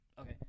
Okay